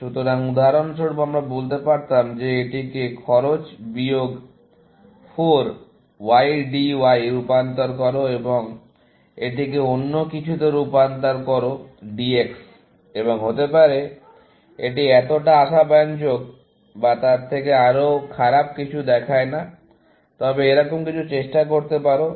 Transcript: সুতরাং উদাহরণস্বরূপ আমরা বলতে পারতাম যে এটিকে খরচ বিয়োগ 4 YDY রূপান্তর করো এবং এটিকে অন্য কিছুতে রূপান্তর করো DX এবং হতে পারে এটি এতটা আশাব্যঞ্জক বা তার থেকে আরো খারাপ কিছু দেখায় না তুমি এরকম কিছু চেষ্টা করতে পারো